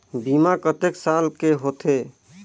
बीमा कतेक साल के होथे?